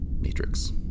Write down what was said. matrix